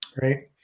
right